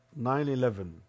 9-11